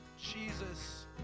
Jesus